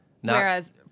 Whereas